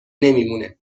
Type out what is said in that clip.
نمیمونه